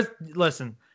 Listen